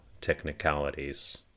technicalities